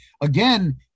again